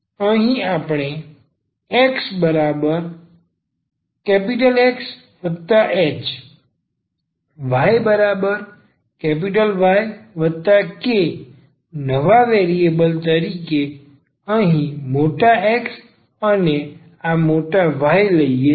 અહીં આપણે xXh yYk નવા વેરિએબલ તરીકે અહીં મોટા X અને આ મોટા Y લઈ એ છે